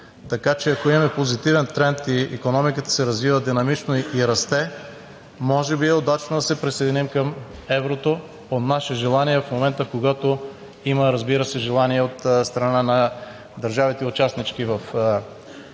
Така че, ако имаме позитивен тренд и икономиката се развива динамично и расте, може би е удачно да се присъединим към еврото по наше желание в момента, когато има, разбира се, и желание от страна на държавите – участнички в